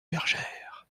bergère